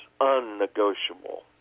unnegotiable